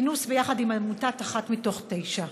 כינוס ביחד עם עמותת אחת מתוך תשע.